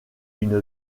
une